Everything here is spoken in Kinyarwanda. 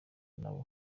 nawe